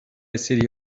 city